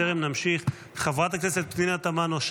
חברת הכנסת פנינה תמנו,